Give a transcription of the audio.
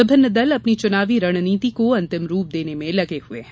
विभिन्न दल अपनी चुनावी रणनीति को अंतिम रूप देने में लगे हुए हैं